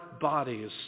bodies